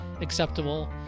acceptable